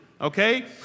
Okay